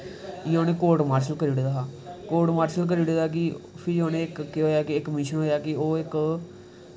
इ'यां उ'नैं कोटमार्शल करी ओड़े दा हा कोट मार्सल करी ओड़े दे हा कि फ्ही उ'नें इक मिल्न होए दा कि ओह् इक